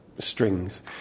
strings